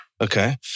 Okay